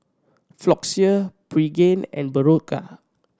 Floxia Pregain and Berocca